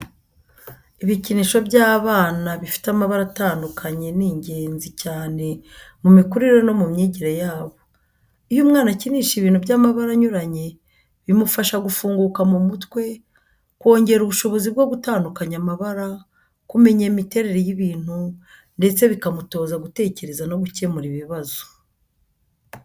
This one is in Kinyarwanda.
Ibikinisho by’abana bifite amabara atandukanye ni ingenzi cyane mu mikurire no mu myigire yabo. Iyo umwana akinisha ibintu by’amabara anyuranye, bimufasha gufunguka mu mutwe, kongera ubushobozi bwo gutandukanya amabara, kumenya imiterere y’ibintu, ndetse bikamutoza gutekereza no gukemura ibibazo.